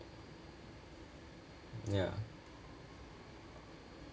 ya